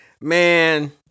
Man